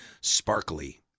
sparkly